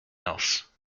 else